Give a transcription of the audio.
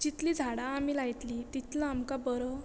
जितली झाडां आमी लायतलीं तितलो आमकां बरो